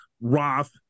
Roth